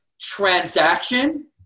transaction